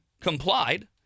complied